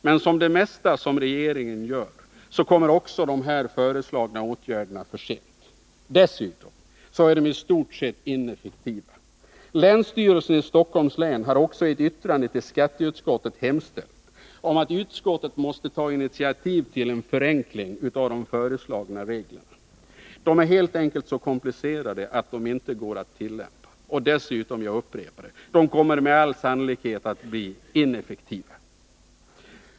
Men som det mesta regeringen gör kommer också de föreslagna åtgärderna för sent. Dessutom är de i stort sett ineffektiva. Länsstyrelsen i Stockholms län har också i ett yttrande till skatteutskottet hemställt om att utskottet måtte ta initiativ till en förenkling av de föreslagna reglerna. De är helt enkelt så komplicerade att de inte går att tillämpa. Dessutom — jag upprepar det — kommer de med all sannolikhet att bli ineffektiva.